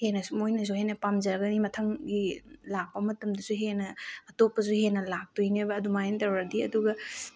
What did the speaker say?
ꯍꯦꯟꯅꯁꯨ ꯃꯣꯏꯅꯁꯨ ꯍꯦꯟꯅ ꯄꯥꯝꯖꯒꯅꯤ ꯃꯊꯪꯒꯤ ꯂꯥꯛꯄ ꯃꯇꯝꯗꯁꯨ ꯍꯦꯟꯅ ꯑꯇꯣꯞꯄꯁꯨ ꯍꯦꯟꯅ ꯂꯥꯛꯇꯣꯏꯅꯦꯕ ꯑꯗꯨꯃꯥꯏꯅ ꯇꯧꯔꯗꯤ ꯑꯗꯨꯒ